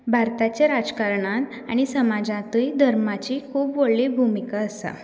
भारताच्या राजकारणांत आनी समाजातूय धर्माची खूब व्हडली भुमिका आसा